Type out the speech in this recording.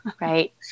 Right